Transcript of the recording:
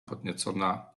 podniecona